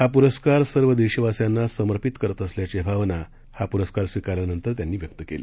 हा पुरस्कार सर्व देशवासियांना सर्मपित करत असल्याची भावना हा पुरस्कार स्वीकारल्यानंतर त्यांनी व्यक्त केली